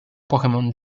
pokémon